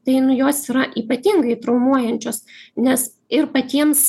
tai nu jos yra ypatingai traumuojančios nes ir patiems